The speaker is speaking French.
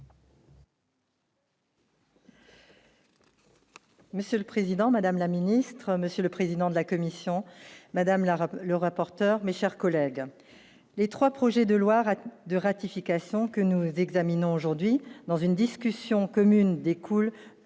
Monsieur le Président, Madame la Ministre, Monsieur le président de la commission madame la arabe le rapporteur mais, chers collègues, les 3 projets de loi rate de ratification que nous examinons aujourd'hui dans une discussion commune découle